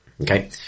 Okay